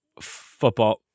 Football